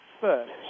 first